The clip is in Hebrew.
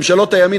ממשלות הימין,